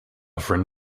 friend